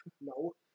no